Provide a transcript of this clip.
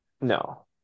No